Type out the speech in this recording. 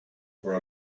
for